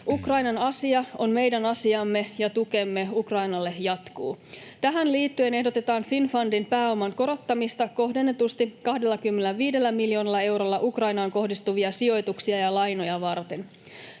Ukrainan asia on meidän asiamme, ja tukemme Ukrainalle jatkuu. Tähän liittyen ehdotetaan Finnfundin pääoman korottamista kohdennetusti 25 miljoonalla eurolla Ukrainaan kohdistuvia sijoituksia ja lainoja varten.